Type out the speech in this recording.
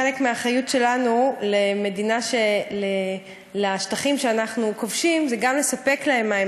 חלק מהאחריות שלנו לשטחים שאנחנו כובשים זה גם לספק להם מים.